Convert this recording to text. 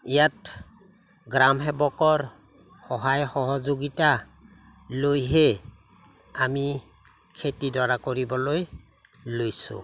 ইয়াত গ্ৰাম সেৱকৰ সহায় সহযোগিতা লৈহে আমি খেতিডৰা কৰিবলৈ লৈছোঁ